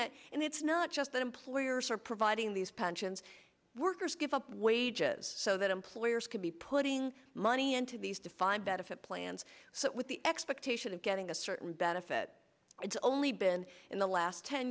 that and it's not just that employers are providing these pensions workers give up wages so that employers could be putting money into these defined benefit plans so with the expectation of getting a certain benefit it's only been in the last ten